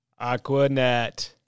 Aquanet